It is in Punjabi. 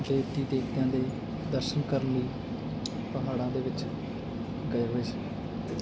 ਦੇਵੀ ਦੇਵਤਿਆਂ ਦੇ ਦਰਸ਼ਨ ਕਰਨ ਲਈ ਪਹਾੜਾਂ ਦੇ ਵਿੱਚ ਗਏ ਹੋਏ ਸੀ